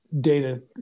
data